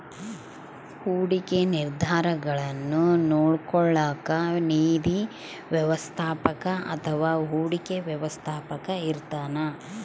ಹೂಡಿಕೆ ನಿರ್ಧಾರಗುಳ್ನ ನೋಡ್ಕೋಳೋಕ್ಕ ನಿಧಿ ವ್ಯವಸ್ಥಾಪಕ ಅಥವಾ ಹೂಡಿಕೆ ವ್ಯವಸ್ಥಾಪಕ ಇರ್ತಾನ